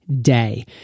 Day